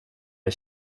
med